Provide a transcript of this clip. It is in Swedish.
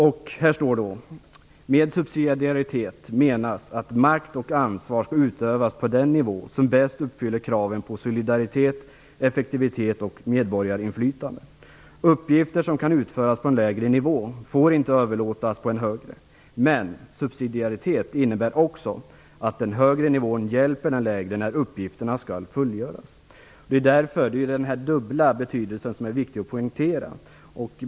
Det står där: "Med subsidiaritet menas att makt och ansvar skall utövas på den nivå som bäst uppfyller kraven på solidaritet, effektivitet och medborgarinflytande. Uppgifter som kan utföras på en lägre nivå får inte överlåtas på en högre, men subsidiaritet innebär också att den högre nivån hjälper den lägre när uppgifterna skall fullgöras." Det är den här dubbla betydelsen som är viktig att poängtera.